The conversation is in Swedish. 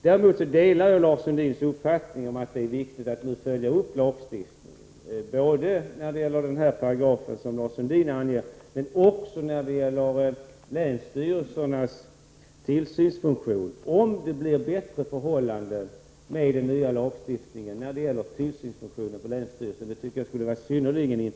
Däremot delar jag Lars Sundins uppfattning att det är viktigt att följa upp lagstiftningen både när det gäller den paragraf som Lars Sundin nämnde och när det gäller länsstyrelsernas tillsynsfunktion. Det skulle vara mycket intressant och angeläget att få veta om förhållandena blir bättre med den nya lagstiftningen när det gäller tillsynsfunktionen på länsstyrelserna.